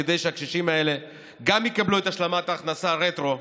כדי שהקשישים האלה גם יקבלו את השלמת ההכנסה רטרואקטיבית,